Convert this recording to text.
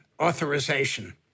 authorization